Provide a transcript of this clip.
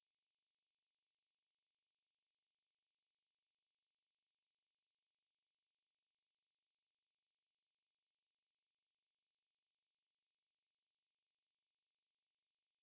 err we are trying to start this err tuition programme for like err low income families ya lah I mean 真的 mah cause 他们不会有 err 付不起 tuition